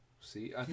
See